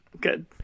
Good